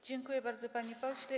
Dziękuję bardzo, panie pośle.